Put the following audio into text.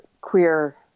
queer